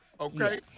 okay